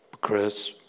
Chris